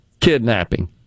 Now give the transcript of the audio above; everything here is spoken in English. Kidnapping